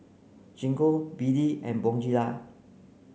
Gingko B D and Bonjela